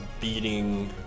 beating